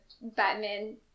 Batman